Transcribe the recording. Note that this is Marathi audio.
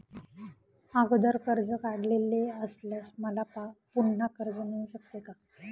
अगोदर कर्ज काढलेले असल्यास मला पुन्हा कर्ज मिळू शकते का?